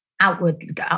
outward